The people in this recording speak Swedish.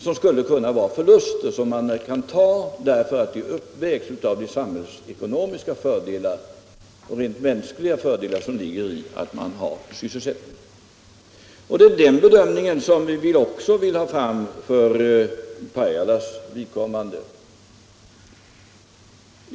Det skulle kunna bli förluster, men dem kan man ta därför att de uppvägs av de samhällsekonomiska och rent mänskliga fördelar som sysselsättningen innebär. Det är en sådan bedömning vi vill göra även för Pajalas vidkommande.